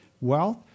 Wealth